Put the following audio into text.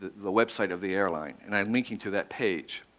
the the website of the airline, and i'm linking to that page.